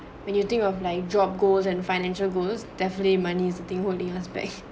when you think of like job goals and financial goals definitely money's is the thing holding us back